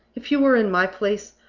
if you were in my place,